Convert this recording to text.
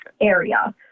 area